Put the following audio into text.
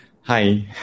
Hi